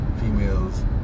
females